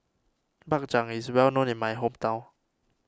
Bak Chang is well known in my hometown